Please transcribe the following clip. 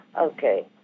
Okay